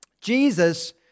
Jesus